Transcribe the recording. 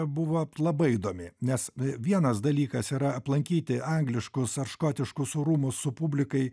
buvo labai įdomi nes vienas dalykas yra aplankyti angliškus ar škotiškus rūmus su publikai